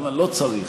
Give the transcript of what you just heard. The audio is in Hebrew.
לא צריך,